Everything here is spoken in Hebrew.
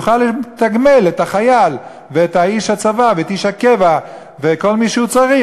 יוכל לתגמל את החייל ואת איש הצבא ואת איש הקבע ואת כל מי שהוא צריך,